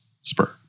spur